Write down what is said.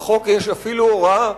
בחוק יש אפילו הוראה,